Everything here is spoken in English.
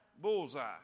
bullseye